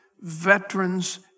veterans